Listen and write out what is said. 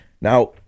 Now